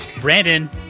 Brandon